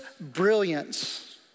brilliance